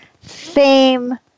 fame